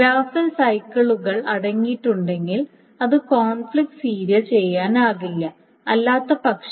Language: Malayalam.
ഗ്രാഫിൽ സൈക്കിളുകൾ അടങ്ങിയിട്ടുണ്ടെങ്കിൽ അത് കോൺഫ്ലിക്റ്റ് സീരിയൽ ചെയ്യാനാകില്ല അല്ലാത്തപക്ഷം